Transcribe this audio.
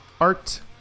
art